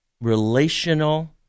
relational